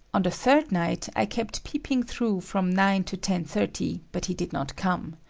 on the third night, i kept peeping through from nine to ten thirty, but he did not come.